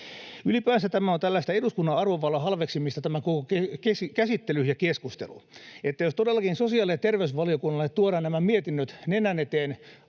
Ylipäänsä tämä on tällaista eduskunnan arvovallan halveksimista, tämä koko käsittely ja keskustelu, jos todellakin sosiaali- ja terveysvaliokunnalle tuodaan nämä mietinnöt nenän eteen